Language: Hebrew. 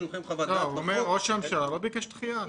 הוא אומר שראש הממשלה לא ביקש דחייה.